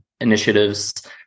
initiatives